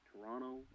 Toronto